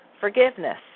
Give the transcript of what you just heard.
forgiveness